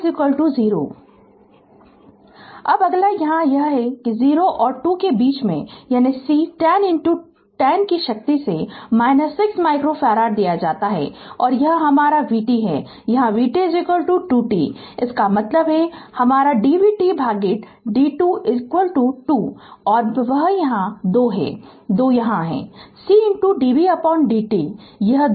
refer slide Time 0207 अब अगला एक यह है कि 0 और 2 के बीच में यानी C 1010 की शक्ति से 6 माइक्रोफ़ारड दिया जाता है और यह हमारा vt है कि यहाँ vt 2 t इसका मतलब है हमारा dvt भागित dt 2 और वह 2 यहां है 2 यहां है C dvdt यह 2 है